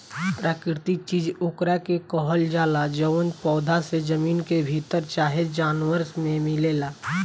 प्राकृतिक चीज ओकरा के कहल जाला जवन पौधा से, जमीन के भीतर चाहे जानवर मे मिलेला